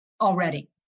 already